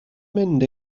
mynd